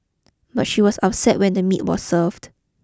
but she was upset when the meat were served